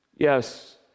Yes